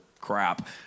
crap